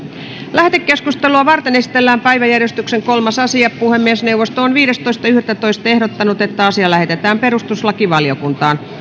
lähetekeskustelua varten esitellään päiväjärjestyksen kolmas asia puhemiesneuvosto on viidestoista yhdettätoista kaksituhattakahdeksantoista ehdottanut että asia lähetetään perustuslakivaliokuntaan